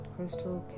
Crystal